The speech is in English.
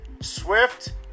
Swift